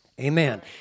Amen